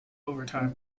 overtime